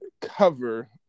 cover